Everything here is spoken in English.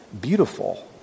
beautiful